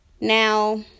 Now